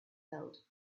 held